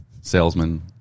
salesman